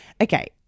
Okay